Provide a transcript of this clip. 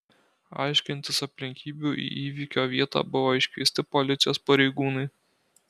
aiškintis aplinkybių į įvykio vietą buvo iškviesti policijos pareigūnai